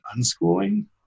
unschooling